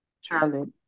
Charlotte